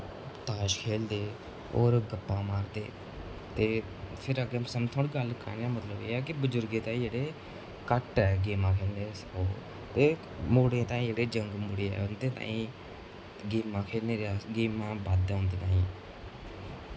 ताश खेलदे होर गप्पां मारदे ते फिर अग्गें समझो थुआनू गल्ल सनाने दा मतलब एह् ऐ कि बजुर्गें ताईं जेह्ड़े घट्ट ऐ गेमां खेलना ओह् ते मुड़ें ताईं जेह्ड़े यंग मुड़े ऐ उं'दे ताईं गेमां खेलने आस्तै गेमां बद्ध ऐ उं'दे ताईं